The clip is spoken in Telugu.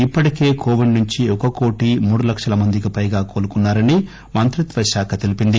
ఇప్పటికే కోవిడ్ నుంచి ఒక కోటి మూడు లక్షల మందికి పైగా కోలుకున్నా రని మంత్రిత్వశాఖ తెలిపింది